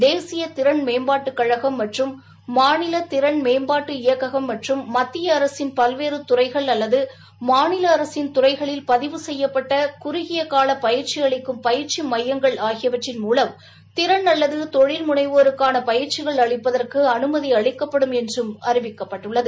தேசிய திறன் மேம்பாட்டுக் கழகம் மற்றும் மாநில திறன் மேம்பாட்டு இயக்கம் மற்றும் மத்திய அரசின் பல்வேறு துறைகள் அல்லது மாநில அரசின் துறைகளில் பதிவு செய்யப்பட்ட குறுகியகால பயிற்சி அளிக்கும் பயிற்சி மையங்கள் ஆகியவற்றின் மூலம் திறன் அல்லது தொழில் முனைவோருக்கான பயிற்சிகள் அளிப்பதற்கு அனுமதி அளிக்கப்படும் என்றும் அறிவிக்கப்பட்டுள்ளது